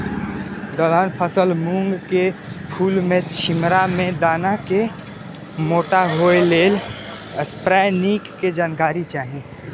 दलहन फसल मूँग के फुल में छिमरा में दाना के मोटा होय लेल स्प्रै निक के जानकारी चाही?